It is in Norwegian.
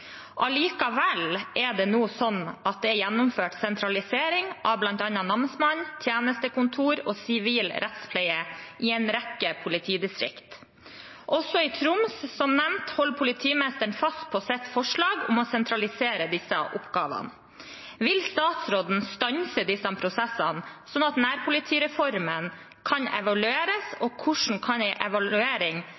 Allikevel er det nå slik at det er gjennomført sentralisering av bl.a. namsmann, tjenestekontor og sivil rettspleie i en rekke politidistrikter. Også i Troms, som nevnt, holder politimesteren fast på sitt forslag om å sentralisere disse oppgavene. Vil statsråden stanse disse prosessene, slik at nærpolitireformen kan evalueres?